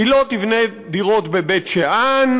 היא לא תבנה דירות בבית-שאן,